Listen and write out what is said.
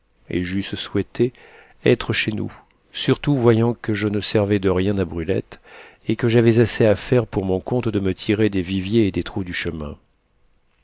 et j'eusse souhaité être chez nous surtout voyant que je ne servais de rien à brulette et que j'avais assez à faire pour mon compte de me tirer des viviers et des trous du chemin